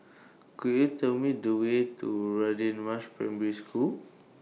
Could YOU Tell Me The Way to Radin Mas Primary School